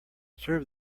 serve